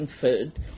food